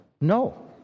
No